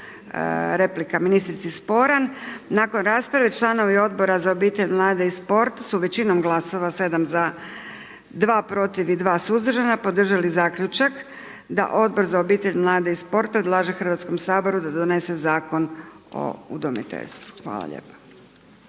replika ministrici sporan, nakon rasprave članovi Odbora za obitelj, mlade i sport su većinom glasova 7 za, 2 protiv i 2 suzdržana podržali zaključak da Odbor za obitelj, mlade i sport predlaže Hrvatskom saboru da donese Zakon o udomiteljstvu. Hvala lijepa.